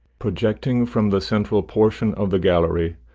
projecting from the central portion of the gallery,